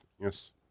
Yes